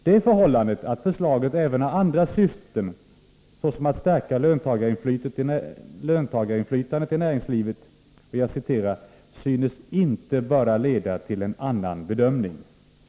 Det förhållandet att förslaget även har andra syften, såsom att stärka löntagarinflytandet i näringslivet, ”synes inte böra leda till en annan bedömning”.